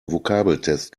vokabeltest